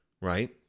Right